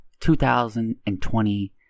2020